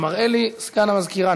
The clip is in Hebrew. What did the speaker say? מראה לי סגן המזכירה,